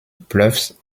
bluffs